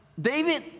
David